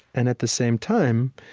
and at the same time,